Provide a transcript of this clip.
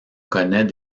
connaît